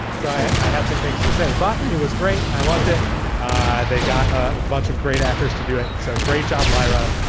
so i had some things to say, but it was great. i loved it ah they got a bunch of great actors to do it. so great job, lyra.